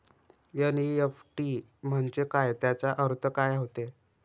NEFT म्हंजे काय, त्याचा अर्थ काय होते?